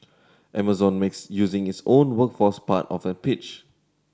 Amazon makes using its own workforce part of the pitch